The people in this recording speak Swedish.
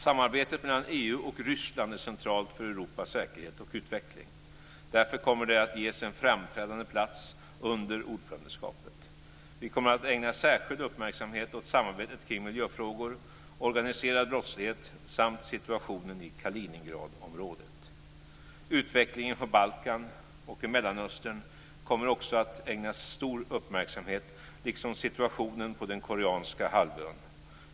Samarbetet mellan EU och Ryssland är centralt för Europas säkerhet och utveckling. Därför kommer det att ges en framträdande plats under ordförandeskapet. Vi kommer att ägna särskild uppmärksamhet åt samarbetet kring miljöfrågor, organiserad brottslighet samt situationen i Kaliningradområdet. Utvecklingen på Balkan och i Mellanöstern kommer också att ägnas stor uppmärksamhet, liksom situationen på den koreanska halvön.